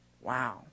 Wow